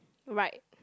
right